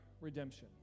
redemption